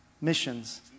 missions